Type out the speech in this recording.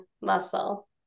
muscle